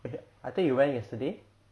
as in I thought you went yesterday